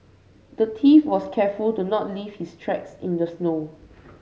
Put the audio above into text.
the thief was careful to not leave his tracks in the snow